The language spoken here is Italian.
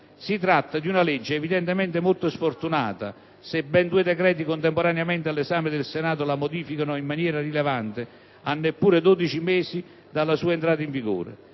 Si tratta di una legge evidentemente molto sfortunata se ben due decreti-legge contemporaneamente all'esame del Senato la modificano in maniera rilevante a neppure 12 mesi dalla sua entrata in vigore: